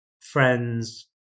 friends